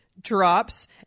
drops